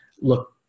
look